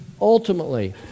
ultimately